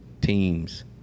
teams